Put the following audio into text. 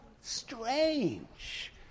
strange